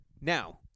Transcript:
Now